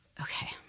okay